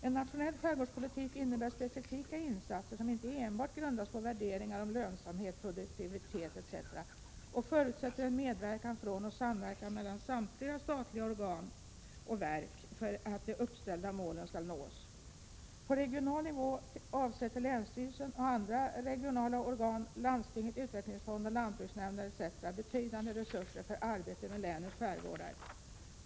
”En nationell skärgårdspolitik innebär specifika insatser som inte enbart grundas på värderingar om lönsamhet, produktivitet, etc och förutsätter en medverkan från och samverkan mellan samtliga statliga verk och organ för att de uppställda målen skall nås. På regional nivå avsätter länsstyrelsen och andra regionala organ, landstinget, utvecklingsfonden, lantbruksnämnden m.fl. betydande resurser för arbetet med länets skärgårdar.